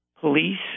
police